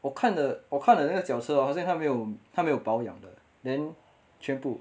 我看的我看的那个脚车啊好像他没有他没有保养的 then 全部